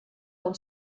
del